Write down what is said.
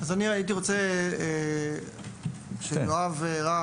אני רוצה שיואב רם,